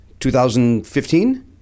2015